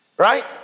Right